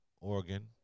Oregon